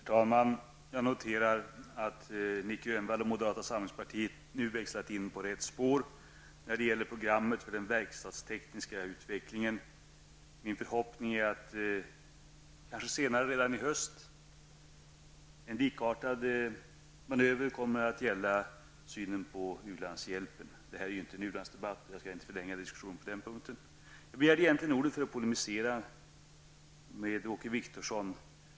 Herr talman! Jag noterar att Nic Grönvall och moderata samlingspartiet nu växlat in på rätt spår när det gäller programmet för den verkstadstekniska utvecklingen. Min förhoppning är att en likartad manöver senare, kanske redan i höst, kommer att gälla synen på u-landshjälpen. Detta är inte en u-landsdebatt och jag skall inte förlänga diskussionen på den punkten. Jag begärde egentligen ordet för att polemisera med Åke Wictorsson.